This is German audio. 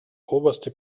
oberste